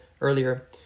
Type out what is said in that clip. earlier